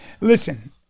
Listen